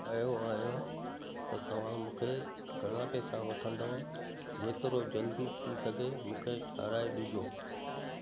आयो आहियां त तव्हां मूंखे घणा पैसा वठंदव जेतिरो जल्दी थी सघे मूंखे ठाराहे ॾिजो